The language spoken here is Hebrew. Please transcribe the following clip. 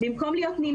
במקום להיות רגועה,